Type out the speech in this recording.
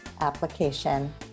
application